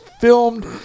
filmed